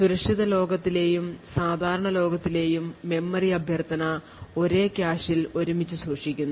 സുരക്ഷിത ലോകത്തിലെയും സാധാരണ ലോകത്തിലെയും മെമ്മറി അഭ്യർത്ഥന ഒരേ കാഷെയിൽ ഒരുമിച്ച് സൂക്ഷിക്കുന്നു